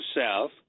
south